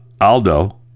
aldo